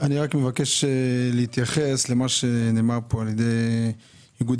אני מבקש להתייחס אל מה שאמרה פה גלי כספרי מאיגוד